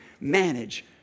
manage